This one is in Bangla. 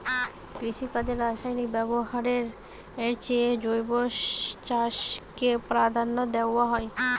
কৃষিকাজে রাসায়নিক ব্যবহারের চেয়ে জৈব চাষকে প্রাধান্য দেওয়া হয়